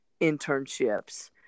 internships